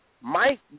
Mike